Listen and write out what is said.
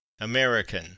American